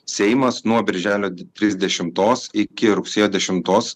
seimas nuo birželio trisdešimtos iki rugsėjo dešimtos